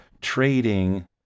trading